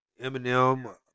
Eminem